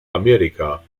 amerika